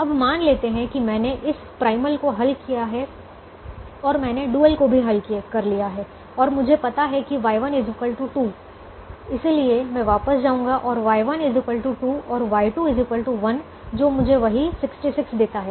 अब मान लेते हैं कि मैंने इस प्राइमल को हल कर लिया है और मैंने डुअल को भी हल कर लिया है और मुझे पता है कि Y1 2 इसलिए मैं वापस जाऊंगा और Y1 2 और Y2 1 जो मुझे वही 66 देता है